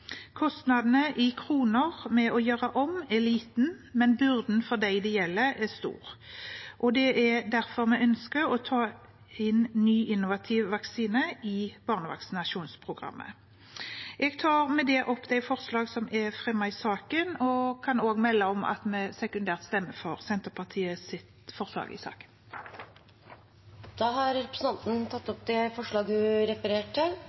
Kostnadene i kroner ved å gjøre om er liten, men byrden for dem det gjelder, er stor. Det er derfor vi ønsker å ta inn ny, innovativ vaksine i barnevaksinasjonsprogrammet. Jeg tar med det opp forslaget fra Arbeiderpartiet og SV og kan også melde at vi sekundært stemmer for Senterpartiets forslag i saken. Representanten Hege Haukeland Liadal har tatt opp det forslaget hun refererte til.